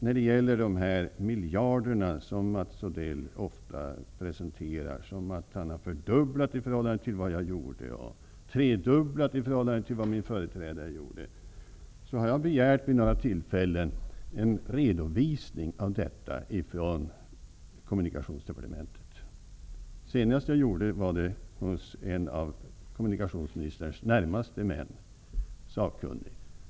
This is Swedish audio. När det gäller de här miljarderna som Mats Odell ofta presenterar på sådant sätt att han har fördubblat i förhållande till vad jag gjorde och tredubblat i förhållande till vad man företrädare gjorde, så har jag vid några tillfällen begärt en redovisning av detta från kommunikationsdepartementet. Senast jag gjorde det var det hos en av kommunikationsministerns närmaste män, en sakkunnig.